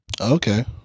Okay